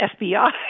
FBI